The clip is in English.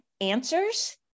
answers